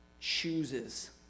chooses